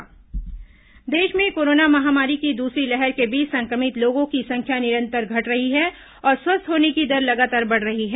corona समाचार देश में कोरोना महामारी की दूसरी लहर के बीच संक्रमित लोगों की संख्या निरंतर घट रही है और स्वस्थ होने की दर लगातार बढ़ रही है